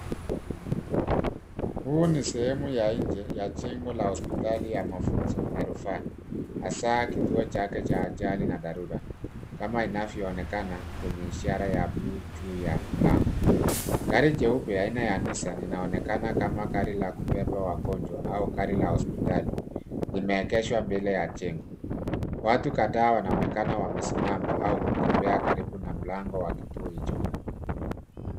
Hii ni sehemu ya nje ya jengo la hospitali ya mafunzo na rufaa hasaa kituo chake cha ajali na dharura kama inavyoonekana kwenye ishara ya bluu juu ya mlango. Gari jeupe aina ya Nissan linaonekana kama gari la kubeba wagonjwa au gari la hospitali limeegeshwa mbele ya jengo. Watu kadhaa wanaonekana wamesimama au kutembea karibu na mlango wa kituo hicho.